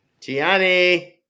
Tiani